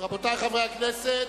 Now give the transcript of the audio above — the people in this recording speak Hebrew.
רבותי חברי הכנסת,